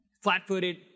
flat-footed